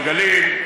בגליל,